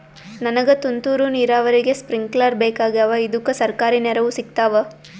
ನನಗ ತುಂತೂರು ನೀರಾವರಿಗೆ ಸ್ಪಿಂಕ್ಲರ ಬೇಕಾಗ್ಯಾವ ಇದುಕ ಸರ್ಕಾರಿ ನೆರವು ಸಿಗತ್ತಾವ?